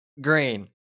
Green